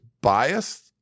biased